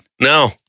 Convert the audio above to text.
No